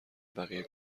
بقیه